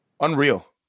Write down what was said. Unreal